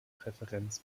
präferenz